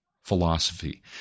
philosophy